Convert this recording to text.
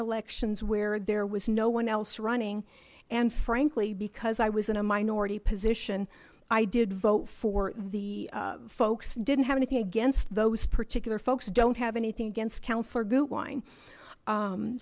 elections where there was no one else running and frankly because i was in a minority position i did vote for the folks didn't have anything against those particular folks don't have anything against